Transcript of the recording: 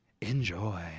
enjoy